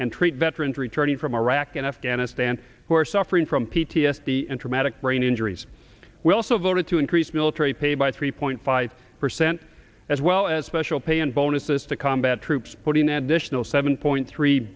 and treat veterans returning from iraq and afghanistan who are suffering from p t s d and traumatic brain injuries we also voted to increase military pay by three point five percent as well as special pay and bonuses to combat troops putting add additional seven point three